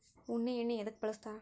ಉಣ್ಣಿ ಎಣ್ಣಿ ಎದ್ಕ ಬಳಸ್ತಾರ್?